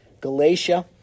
Galatia